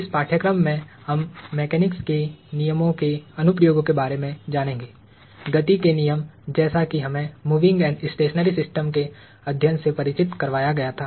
इस पाठ्यक्रम में हम मेकेनिक्स के नियमों के अनुप्रयोगों के बारे में जानेंगे गति के नियम जैसा कि हमे मूविंग एंड स्टेशनरी सिस्टम के अध्ययन से परिचित करवाया गया था